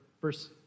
verse